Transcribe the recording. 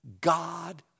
God